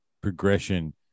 progression